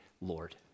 Lord